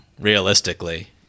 realistically